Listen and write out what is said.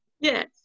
yes